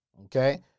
okay